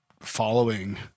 following